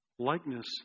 likeness